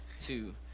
two